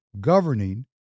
governing